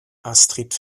astrid